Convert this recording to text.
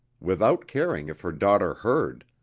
without caring if her daughter heard